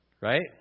right